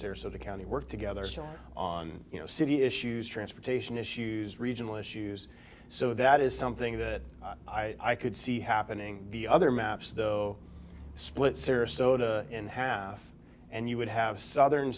sarasota county work together on you know city issues transportation issues regional issues so that is something that i could see happening the other map so split sarasota in half and you would have southern